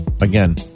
again